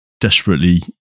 desperately